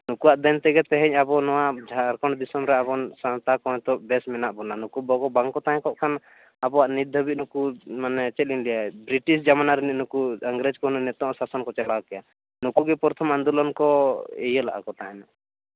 ᱱᱩᱠᱩᱠᱣᱟᱜ ᱫᱮᱱ ᱛᱮᱜᱮ ᱛᱮᱦᱮᱧ ᱱᱚᱣᱟ ᱡᱷᱟᱨᱠᱷᱚᱸᱰ ᱫᱤᱥᱚᱢ ᱨᱮ ᱟᱵᱚᱱ ᱥᱟᱱᱛᱟᱲ ᱠᱚ ᱱᱤᱛᱳᱜ ᱵᱮᱥ ᱢᱮᱱᱟᱜ ᱵᱚᱱᱟ ᱱᱩᱠᱩ ᱵᱟᱵᱚ ᱵᱟᱝᱠᱚ ᱛᱟᱦᱮᱸᱠᱚᱜ ᱠᱷᱟᱱ ᱟᱵᱚᱣᱟᱜ ᱱᱤᱛ ᱫᱷᱟᱹᱵᱤᱡ ᱱᱩᱠᱩ ᱢᱟᱱᱮ ᱪᱮᱫ ᱤᱧ ᱞᱟᱹᱭᱟ ᱵᱨᱤᱴᱤᱥ ᱡᱮᱢᱚᱱ ᱟᱨᱢᱤ ᱱᱩᱠᱩ ᱤᱝᱨᱮᱹᱡᱽ ᱠᱚᱦᱚᱸ ᱱᱤᱛᱳᱝᱟᱜ ᱥᱟᱥᱚᱱ ᱠᱚ ᱪᱟᱞᱟᱣᱮᱫᱟ ᱱᱚᱝᱠᱟ ᱜᱮ ᱯᱨᱚᱛᱷᱚᱢ ᱟᱱᱫᱳᱞᱚᱱ ᱠᱚ ᱤᱭᱟᱹ ᱞᱟᱫ ᱛᱟᱦᱮᱱ